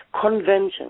Convention